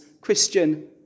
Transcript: Christian